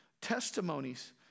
Testimonies